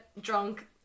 drunk